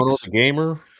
gamer